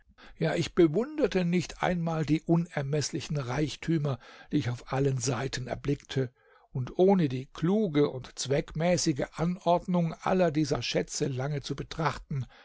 ja ich bewunderte nicht einmal die unermeßlichen reichtümer die ich auf allen seiten erblickte und ohne die kluge und zweckmäßige anordnung aller dieser schätze lange zu betrachten